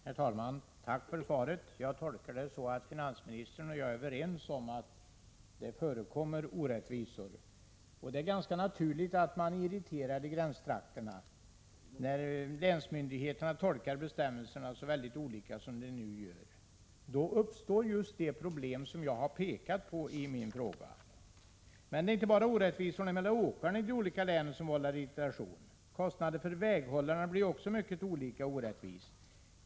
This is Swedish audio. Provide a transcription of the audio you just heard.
Herr talman! Jag tackar för svaret. Jag tolkar det så att finansministern och jag är överens om att det förekommer orättvisor. Det är ganska naturligt att de som bor i gränstrakterna blir irriterade när länsmyndigheterna tolkar bestämmelserna så olika som de nu gör. Då uppstår just de problem som jag pekat på i min fråga. Men det är inte bara orättvisorna för åkare i de olika länen som vållar irritation. Kostnaderna för väghållning blir också mycket olika och orättvisa.